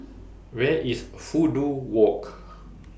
Where IS Fudu Walk